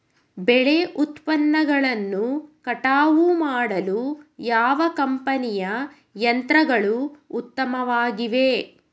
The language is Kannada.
ಬೆಳೆ ಉತ್ಪನ್ನಗಳನ್ನು ಕಟಾವು ಮಾಡಲು ಯಾವ ಕಂಪನಿಯ ಯಂತ್ರಗಳು ಉತ್ತಮವಾಗಿವೆ?